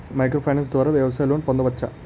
Micro finance ద్వారా వ్యవసాయ loan పొందవచ్చా?